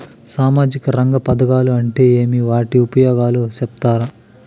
సామాజిక రంగ పథకాలు అంటే ఏమి? వాటి ఉపయోగాలు సెప్తారా?